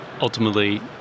ultimately